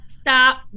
Stop